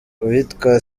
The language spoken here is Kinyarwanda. uwitwa